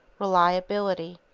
reliability,